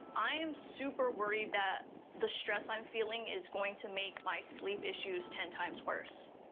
i'm super worried that the stress i'm feeling is going to make my sleep issues ten times worse.